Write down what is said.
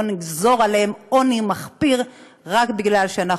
לא נגזור עליהן עוני מחפיר רק כי אנחנו